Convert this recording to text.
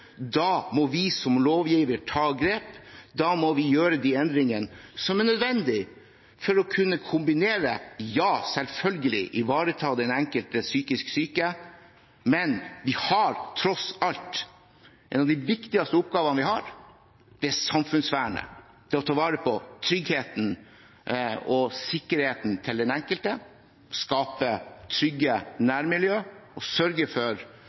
Da må vi som lovgiver ta grep. Da må vi gjøre de endringene som er nødvendig for å kunne kombinere – ja, selvfølgelig skal vi ivareta den enkelte psykisk syke, men en av de viktigste oppgavene vi har, er tross alt samfunnsvernet, det å ta vare på tryggheten og sikkerheten til den enkelte, skape trygge nærmiljøer og sørge for